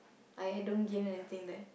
I I don't gain anything there